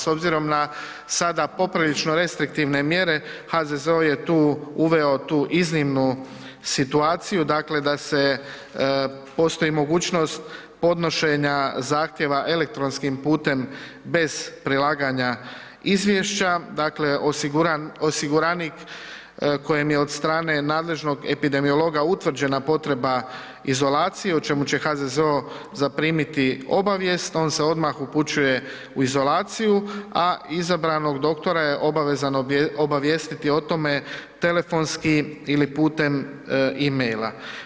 S obzirom na sada poprilično restriktivne mjere HZZO je tu iznimnu situaciju, dakle da se postoji mogućnost podnošenja zahtjeva elektronskim putem bez prilaganja izvješća, dakle osiguranik kojem je od strane nadležnog epidemiologa utvrđena potreba izolacije o čemu će HZZO zaprimiti obavijest, on se odmah upućuje u izolaciju, a izabranog doktora je obavezan obavijestiti o tome telefonski ili putem e-maila.